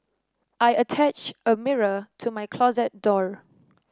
I attached a mirror to my closet door